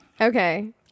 Okay